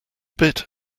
bit